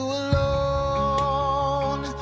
alone